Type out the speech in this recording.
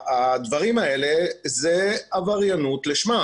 הדברים האלה זו עבריינות לשמה.